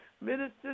Minister